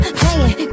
playing